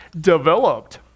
developed